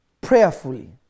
prayerfully